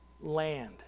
land